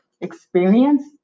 experience